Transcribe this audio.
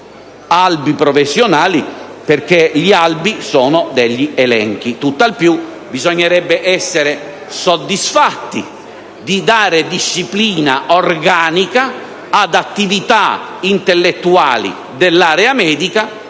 albi professionali, perché gli albi sono degli elenchi. Tutt'al più, bisognerebbe essere soddisfatti di dare disciplina organica ad attività intellettuali dell'area medica